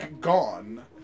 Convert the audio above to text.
gone